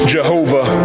Jehovah